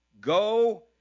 go